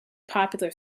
popular